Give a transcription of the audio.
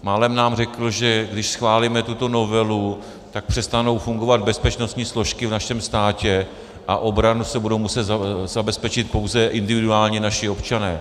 Málem nám řekl, že když schválíme tuto novelu, tak přestanou fungovat bezpečnostní složky v našem státě a obranu si budou muset zabezpečit pouze individuálně naši občané.